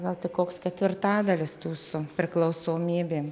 gal tik koks ketvirtadalis tų su priklausomybėm